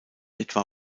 etwa